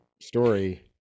story